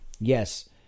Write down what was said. Yes